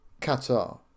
Qatar